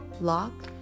lock